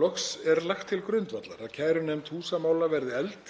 Loks er lagt til grundvallar að kærunefnd húsamála verði efld